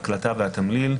ההקלטה והתמליל,